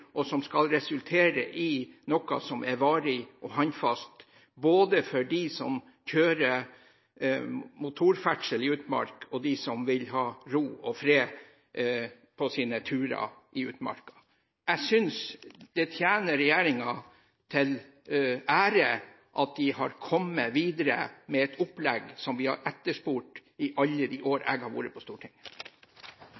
og som skal resultere i noe som er varig og håndfast – både for dem driver med motorferdsel i utmark, og dem som vil ha ro og fred på sine turer i utmarka. Jeg synes det tjener regjeringen til ære at de har kommet videre med et opplegg som vi har etterspurt i alle de år